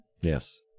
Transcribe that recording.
Yes